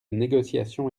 négociation